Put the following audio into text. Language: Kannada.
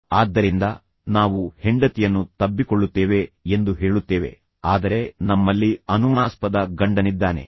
ಆದ್ದರಿಂದ ನಾವು ಹೆಂಡತಿಯನ್ನು ತಬ್ಬಿಕೊಳ್ಳುತ್ತೇವೆ ಎಂದು ಹೇಳುತ್ತೇವೆ ಆದರೆ ನಮ್ಮಲ್ಲಿ ಅನುಮಾನಾಸ್ಪದ ಗಂಡನಿದ್ದಾನೆ